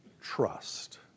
trust